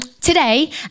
Today